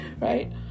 right